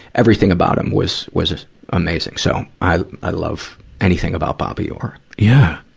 everything about him was, was just amazing. so, i, i love anything about bobby orr. yeah.